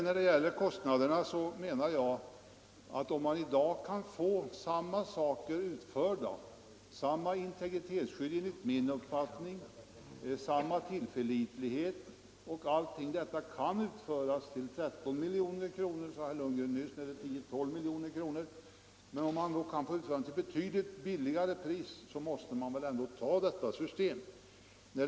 När det gäller kostnaderna anser jag att om man i dag med det central/regionala systemet kan få samma saker utförda, samma integritetsskydd enligt min uppfattning, samma tillförlitlighet och det till en kostnad som är 10-12 milj.kr. lägre per år — 13 milj.kr. sade herr Lundgren i Kristianstad nyss — alltså till ett betydligt lägre pris, måste man väl ändå ta det systemet.